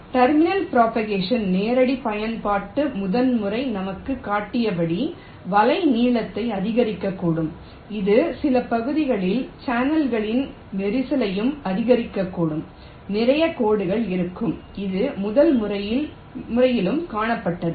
terminal propagation நேரடி பயன்பாடு முதல் முறை நமக்குக் காட்டியபடி வலை நீளத்தை அதிகரிக்கக்கூடும் இது சில பகுதிகளில் சேனல்களில் நெரிசலையும் அதிகரிக்கக்கூடும் நிறைய கோடுகள் இருக்கும் இது முதல் முறையிலும் காணப்பட்டது